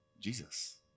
Jesus